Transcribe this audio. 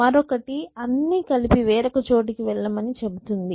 మరోకటి అన్ని కలిపి వేరొక చోటికి వెళ్ళమని చెబుతుంది